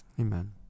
amen